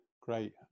great